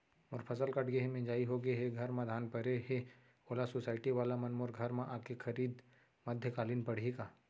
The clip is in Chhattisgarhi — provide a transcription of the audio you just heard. मोर फसल कट गे हे, मिंजाई हो गे हे, घर में धान परे हे, ओला सुसायटी वाला मन मोर घर म आके खरीद मध्यकालीन पड़ही का?